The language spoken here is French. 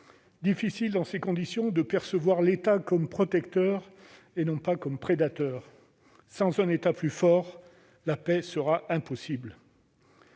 difficile dans ces conditions de percevoir l'État comme protecteur et non comme prédateur. Sans un État plus fort, la paix sera impossible.